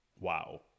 Wow